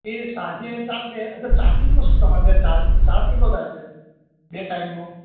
એ સાંજે ચાલશે અચ્છા ચાર્જીસનું શું છે તમારે ત્યાં ચાર્જ ચાર્જ કેટલો થાય છે બે ટાઇમનો